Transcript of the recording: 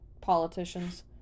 politicians